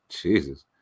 Jesus